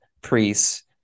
priests